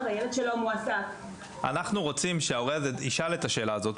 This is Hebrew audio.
אנחנו רוצים שההורה ישאל את השאלה הזאת.